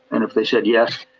and if they said yes,